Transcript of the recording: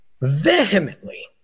vehemently